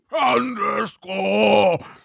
Underscore